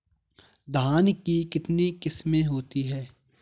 धान की कितनी किस्में होती हैं?